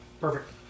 Perfect